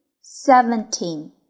Seventeen